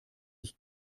ich